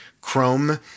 Chrome